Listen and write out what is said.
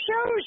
shows